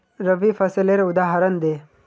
रवि फसलेर उदहारण दे?